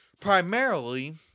Primarily